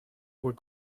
were